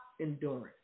endurance